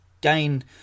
gain